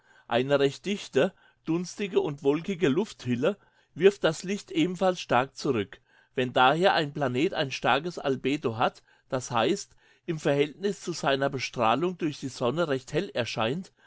eine recht dichte dunstige und wolkige lufthülle wirft das licht ebenfalls stark zurück wenn daher ein planet ein starkes albedo hat das heißt im verhältnis zu seiner bestrahlung durch die sonne recht hell erscheint